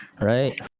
right